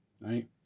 right